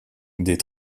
des